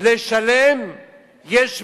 לשלם יש מאין,